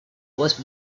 was